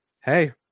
hey